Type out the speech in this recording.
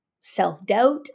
self-doubt